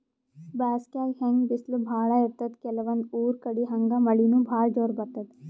ಬ್ಯಾಸ್ಗ್ಯಾಗ್ ಹೆಂಗ್ ಬಿಸ್ಲ್ ಭಾಳ್ ಇರ್ತದ್ ಕೆಲವಂದ್ ಊರ್ ಕಡಿ ಹಂಗೆ ಮಳಿನೂ ಭಾಳ್ ಜೋರ್ ಬರ್ತದ್